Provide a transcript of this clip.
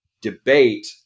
debate